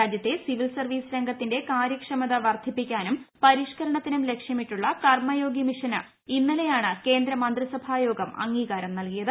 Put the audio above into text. രാജ്യത്തെ civil service പൂർണ്ണ്തിന്റെ കാര്യക്ഷമത വർധിപ്പിക്കാനും പരിഷ്ക്കള്ണ്ത്തിനും ലക്ഷ്യമിട്ടുള്ള കർമയോഗി മിഷന് ഇന്നലെയ്ട്ടുണ്ട് കേന്ദ്ര മന്ത്രിസഭാ ട്യോഗം അംഗീകാരം നൽകിയത്